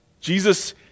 Jesus